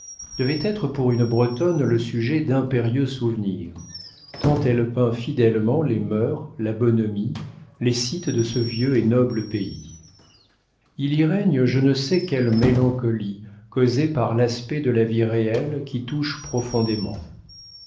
devait être pour une bretonne le sujet d'impérieux souvenirs tant elle peint fidèlement les mœurs la bonhomie les sites de ce vieux et noble pays il y règne je ne sais quelle mélancolie causée par l'aspect de la vie réelle qui touche profondément